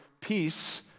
Peace